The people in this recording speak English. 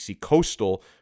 Coastal